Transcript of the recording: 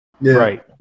right